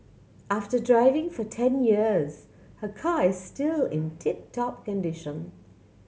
after driving for ten years her car is still in tip top condition